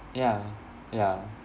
ya ya